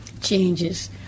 changes